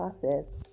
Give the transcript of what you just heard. process